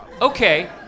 Okay